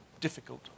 difficult